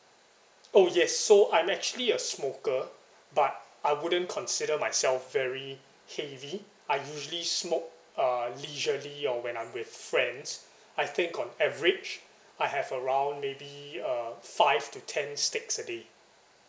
oh yes so I'm actually a smoker but I wouldn't consider myself very heavy I usually smoke uh leisurely or when I'm with friends I think on average I have around maybe uh five to ten sticks a day